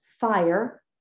fire